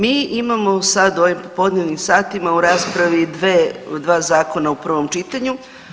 Mi imamo sad u ovim popodnevnim satima u raspravi dva zakona u prvom čitanju.